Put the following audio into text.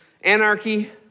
anarchy